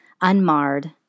unmarred